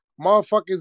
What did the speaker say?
motherfuckers